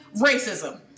racism